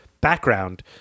background